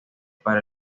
para